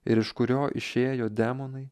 ir iš kurio išėjo demonai